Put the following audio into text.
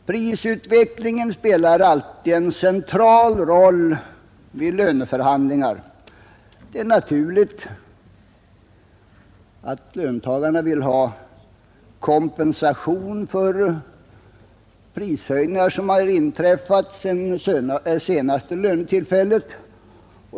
Prisutvecklingen spelar alltid en central roll vid löneförhandlingar. Det är naturligt, att löntagarna vill ha kompensation för prishöjningar som inträffat sedan det senaste förhandlingstillfället.